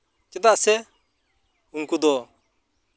ᱪᱮᱫᱟᱜ ᱥᱮ ᱩᱱᱠᱩ ᱫᱚ